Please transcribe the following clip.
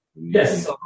Yes